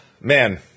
man